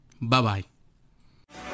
Bye-bye